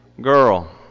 girl